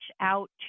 out